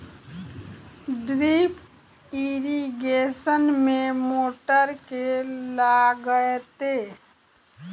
Drip irrigation मे motor केँ लागतै?